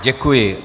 Děkuji.